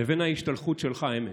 לבין ההשתלחות שלך אמש.